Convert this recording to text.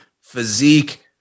physique